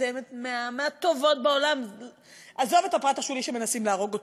מתקדמת מהטובות בעולם ועזוב את הפרט השולי שמנסים להרוג אותה,